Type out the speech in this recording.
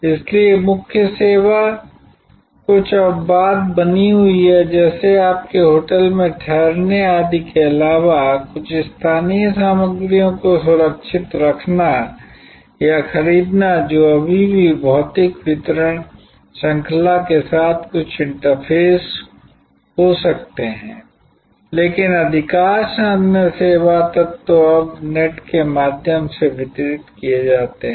इसलिए मुख्य सेवा कुछ अपवाद बनी हुई है जैसे आपके होटल में ठहरने आदि के अलावा कुछ स्थानीय सामग्रियों को सुरक्षित रखना या खरीदना जो अभी भी भौतिक वितरण श्रृंखला के साथ कुछ इंटरफ़ेस हो सकते हैं लेकिन अधिकांश अन्य सेवा तत्व अब नेट के माध्यम से वितरित किए जाते हैं